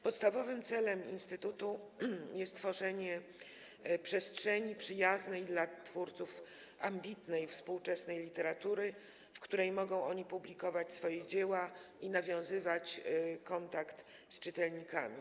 Podstawowym celem instytutu jest tworzenie przestrzeni przyjaznej dla twórców ambitnej, współczesnej literatury, w której mogą oni publikować swoje dzieła i nawiązywać kontakt z czytelnikami.